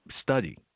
study